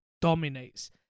dominates